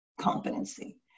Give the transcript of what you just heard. competency